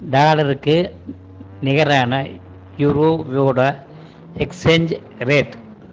டாலருக்கு நிகரான யூரோவோட எக்ஸ்சேஞ்ச் ரேட்